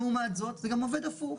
לעומת זאת זה גם עובד הפוך.